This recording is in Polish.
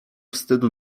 wstydu